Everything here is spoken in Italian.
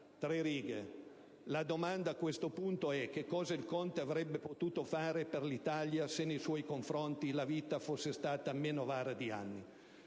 autoritaria. La domanda, a questo punto, è: che cosa il conte avrebbe potuto fare per l'Italia se nei suoi confronti la vita fosse stata meno avara di anni?